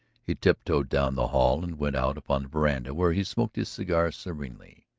he tiptoed down the hall and went out upon the veranda where he smoked his cigar serenely.